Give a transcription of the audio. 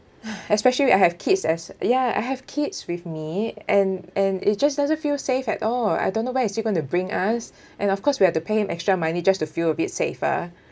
especially I have kids as ya I have kids with me and and it just doesn't feel safe at all I don't know where is he going to bring us and of course we have to pay him extra money just to feel a bit safer